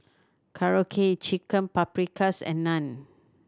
Korokke Chicken Paprikas and Naan